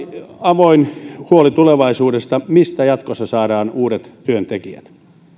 avoin huoli tulevaisuudesta siitä mistä jatkossa saadaan uudet työntekijät